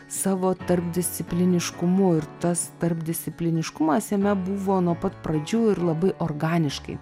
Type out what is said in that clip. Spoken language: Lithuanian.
savo tarpdiscipliniškumu ir tas tarpdiscipliniškumas jame buvo nuo pat pradžių ir labai organiškai